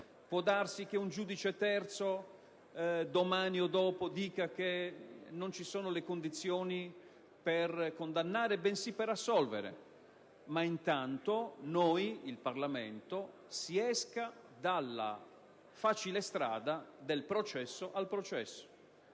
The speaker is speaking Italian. può darsi che un giudice terzo, domani o dopo, dica che non ci sono le condizioni per condannare, bensì per assolvere, ma intanto il Parlamento esca dalla facile strada del processo al processo.